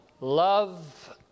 love